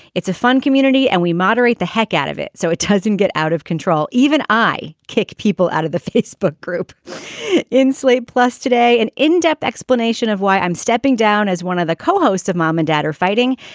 it's a fun community and we moderate the heck out of it so it doesn't get out of control even i kick people out of the facebook group in slate plus today an in-depth explanation of why i'm stepping down as one of the co-hosts of mom and dad are fighting.